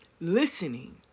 listening